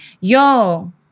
yo